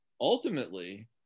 ultimately